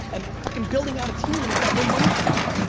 and fucking building out a team, and they've got no money coming in.